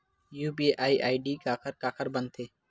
UPI ID काखर काखर बनथे?